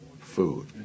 food